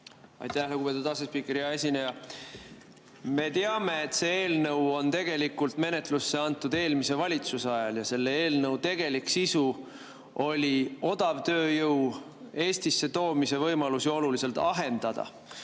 Aitäh, lugupeetud asespiiker! Hea esineja! Me teame, et see eelnõu on tegelikult menetlusse antud eelmise valitsuse ajal ja selle eelnõu tegelik sisu oli odavtööjõu Eestisse toomise võimalusi oluliselt ahendada: